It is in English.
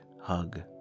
hug